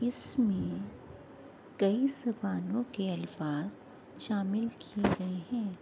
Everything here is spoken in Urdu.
اس میں کئی زبانوں کے الفاظ شامل کیے گئے ہیں